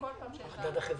כל פעם שיש העלאה במדד,